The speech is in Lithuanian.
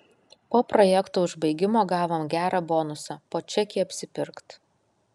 po projekto užbaigimo gavom gerą bonusą po čekį apsipirkt